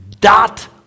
dot